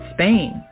Spain